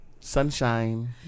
sunshine